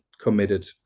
committed